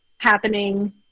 happening